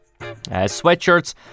Sweatshirts